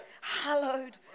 Hallowed